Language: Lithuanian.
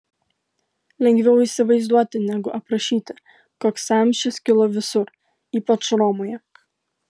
lengviau įsivaizduoti negu aprašyti koks sąmyšis kilo visur ypač romoje